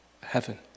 heaven